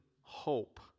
hope